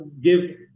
give